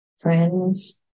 Friends